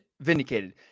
vindicated